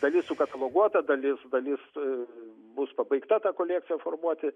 dalis sukataloguota dalis dalis bus pabaigta ta kolekcija formuoti